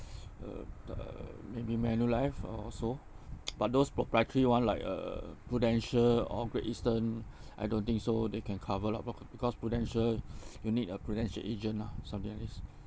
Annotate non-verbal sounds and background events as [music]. [noise] uh uh maybe manulife or so [noise] but those proprietary one like uh prudential or great eastern [breath] I don't think so they can cover up because prudential [breath] you need a prudential agent ah something like this [breath]